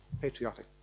patriotic